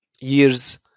years